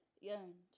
yearned